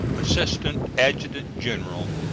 assistant adjutant-general.